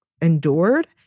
endured